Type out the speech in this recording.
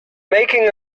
making